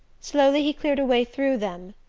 slowly he cleared a way through them,